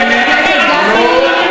חבר הכנסת גפני,